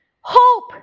Hope